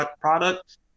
product